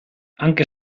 anche